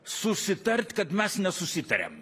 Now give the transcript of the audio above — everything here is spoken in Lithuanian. susitart kad mes nesusitarėm